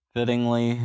Fittingly